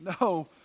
no